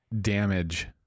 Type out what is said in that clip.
damage